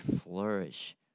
flourish